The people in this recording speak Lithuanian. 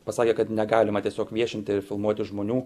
pasakė kad negalima tiesiog viešinti ir filmuoti žmonių